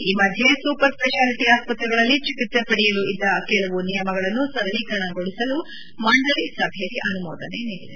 ಈ ಮಧ್ಯೆ super speciality ಆಸ್ಸತ್ರೆಗಳಲ್ಲಿ ಚಿಕಿತ್ಸೆ ಪಡೆಯಲು ಇದ್ದ ಕೆಲವು ನಿಯಮಗಳನ್ನು ಸರಳೀಕರಣಗೊಳಿಸಲು ಮಂಡಳಿ ಸಭೆಯಲ್ಲಿ ಅನುಮೋದನೆ ನೀಡಲಾಗಿದೆ